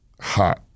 hot